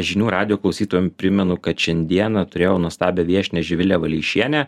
žinių radijo klausytojam primenu kad šiandieną turėjau nuostabią viešnią živilę valeišienę